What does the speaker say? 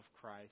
Christ